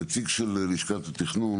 הנציב של לשכת התכנון